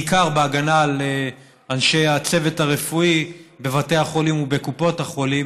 בעיקר בהגנה על אנשי הצוות הרפואי בבתי החולים ובקופות החולים,